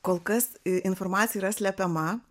kol kas informacija yra slepiama